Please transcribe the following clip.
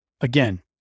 again